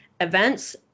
events